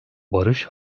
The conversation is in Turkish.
barış